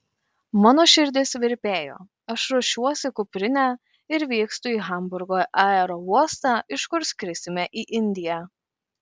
mano širdis virpėjo aš ruošiuosi kuprinę ir vykstu į hamburgo aerouostą iš kur skrisime į indiją